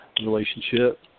relationship